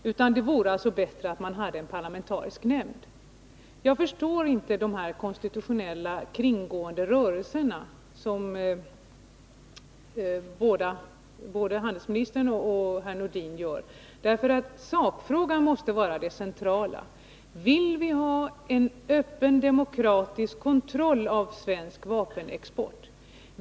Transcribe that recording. Det vore bättre om man hade en parlamentarisk nämnd. Jag förstår inte de konstitutionella kringgående rörelser som både handelsministern och herr Nordin gör. Sakfrågan måste vara det centrala: Vill vi ha en öppen, demokratisk kontroll av den svenska vapenexporten?